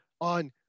on